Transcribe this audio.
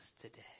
today